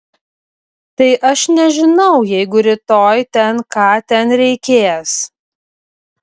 tai aš nežinau jeigu rytoj ten ką ten reikės